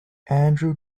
andrew